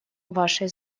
вашей